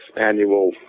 annual